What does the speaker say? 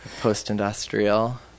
Post-industrial